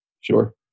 Sure